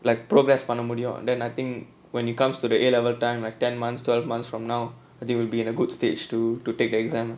like progress பண்ண முடியும்:panna mudiyum then I think when it comes to the A level time like ten months twelve months from now they will be in a good stage to to take the exam